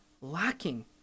lacking